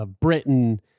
Britain